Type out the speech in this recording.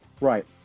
Right